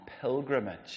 pilgrimage